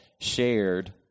shared